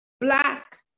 black